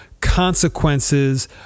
consequences